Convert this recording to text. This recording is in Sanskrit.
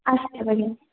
अस्तु भगिनि